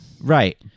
right